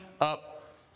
up